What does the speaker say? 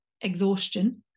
exhaustion